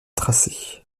tracé